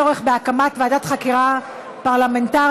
בנושא: הצורך בהקמת ועדת חקירה פרלמנטרית